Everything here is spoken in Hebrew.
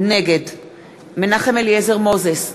נגד מנחם אליעזר מוזס,